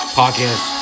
podcast